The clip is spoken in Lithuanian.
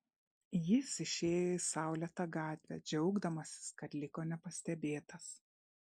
jis išėjo į saulėtą gatvę džiaugdamasis kad liko nepastebėtas